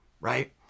Right